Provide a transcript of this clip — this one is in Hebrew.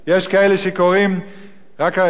רק אתמול ראיתי באחד האתרים,